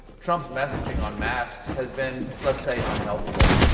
trump's messaging on masks has been let's say unhelpful.